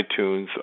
iTunes